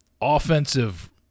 offensive